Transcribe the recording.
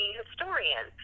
historian